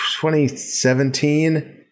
2017